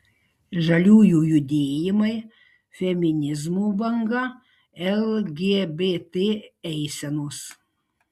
žaliųjų judėjimai feminizmo banga lgbt eisenos